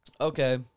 Okay